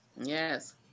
Yes